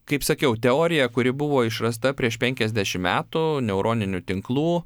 kaip sakiau teorija kuri buvo išrasta prieš penkiasdešim metų neuroninių tinklų